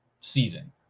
season